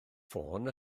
ffôn